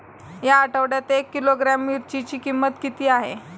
या आठवड्यात एक किलोग्रॅम मिरचीची किंमत किती आहे?